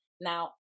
Now